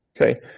Okay